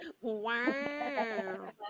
Wow